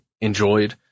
enjoyed